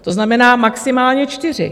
To znamená maximálně čtyři.